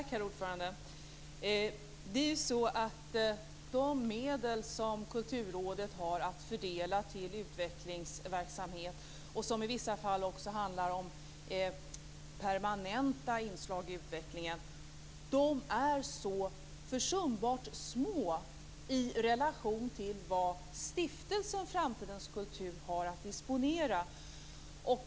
Herr talman! De medel som Kulturrådet har att fördela till utvecklingsverksamhet, och som i vissa fall också handlar om permanenta inslag i utvecklingen, är så försumbart små i relation till vad Stiftelsen Framtidens kultur har att disponera.